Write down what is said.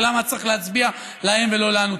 למה היה צריך להצביע להם ולא לנו.